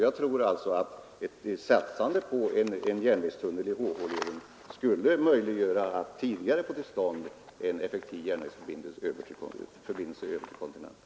Jag tror alltså att ett satsande från början på en järnvägstunnel i HH-leden skulle göra det möjligt att tidigare få till stånd en effektiv järnvägsförbindelse över till kontinenten.